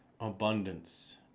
abundance